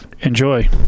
Enjoy